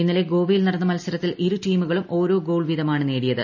ഇന്നലെ ഗോവയിൽ നടന്ന മത്സരത്തിൽ ഇരു ടീമുകളും ഓരോ ഗോൾ വീതമാണ് നേടിയത്